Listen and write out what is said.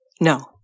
No